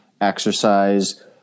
exercise